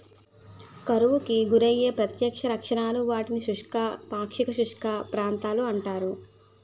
కరువుకు గురయ్యే ప్రత్యక్ష లక్షణాలు, వాటిని శుష్క, పాక్షిక శుష్క ప్రాంతాలు అంటారు